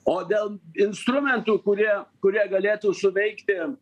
o dėl instrumentų kurie kurie galėtų suveikti